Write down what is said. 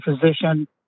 physician